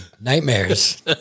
nightmares